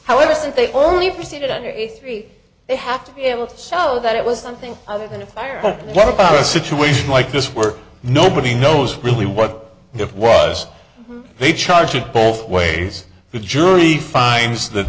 however since they only proceeded under three they have to be able to sell that it was something other than a fire but what about a situation like this where nobody knows really what it was they charge it both ways the jury finds that